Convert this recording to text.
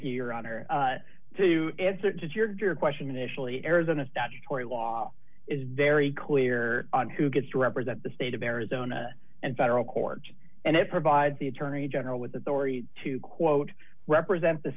here on or to answer to your question initially arizona statutory law is very clear on who gets to represent the state of arizona and federal court and it provides the attorney general with authority to quote represent the